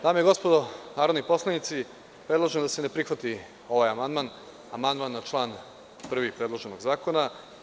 Dame i gospodo narodni poslanici, predlažem da se ne prihvati ovaj amandman, amandman na član 1. predloženog zakona.